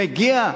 מגיע,